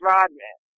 Rodman